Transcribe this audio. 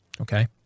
Okay